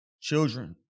children